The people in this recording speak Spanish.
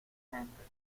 gentes